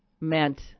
meant